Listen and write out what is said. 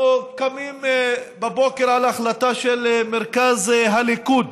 אנחנו קמים בבוקר אל החלטה של מרכז הליכוד